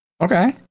Okay